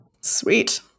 Sweet